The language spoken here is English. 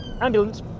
ambulance